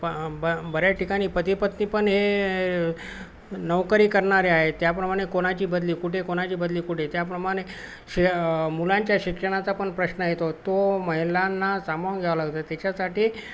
प ब बऱ्याच ठिकाणी पती पत्नी पण हे नौकरी करणारे आहे त्याप्रमाणे कोणाची बदली कुठे कोणाची बदली कुठे त्याप्रमाणे श मुलांच्या शिक्षणाचा पण प्रश्न येतो तो महिलांना सामावून घ्यावा लागतं त्याच्यासाठी